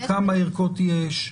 כמה ערכות יש.